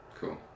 Cool